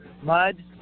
Mud